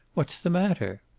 what's the matter?